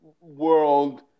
world